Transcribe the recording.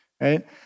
right